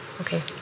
Okay